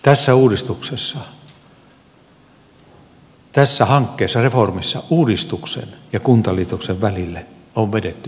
tässä uudistuksessa tässä hankkeessa reformissa uudistuksen ja kuntaliitoksen välille on vedetty yhtäläisyysmerkit